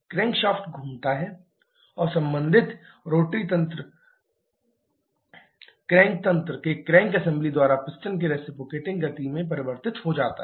crankshaft घूमता है और संबंधित रोटरी तंत्र क्रैंक तंत्र के क्रैंक असेंबली द्वारा पिस्टन के रिसिप्रोकेटिंग गति में परिवर्तित हो जाता है